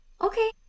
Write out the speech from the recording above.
Okay